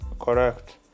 correct